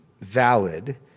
valid